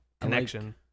connection